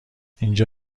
اینجا